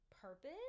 purpose